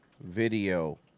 video